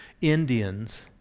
Indians